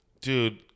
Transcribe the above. Dude